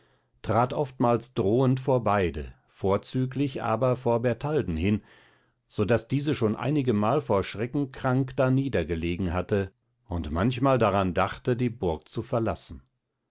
trat oftmals drohend vor beide vorzüglich aber vor bertalden hin so daß diese schon einigemal vor schrecken krank darnieder gelegen hatte und manchmal daran dachte die burg zu verlassen